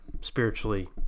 spiritually